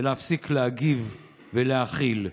ולהפסיק להגיב ולהכיל,